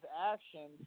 actions